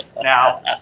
now